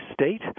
state